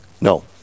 No